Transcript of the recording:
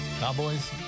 Cowboys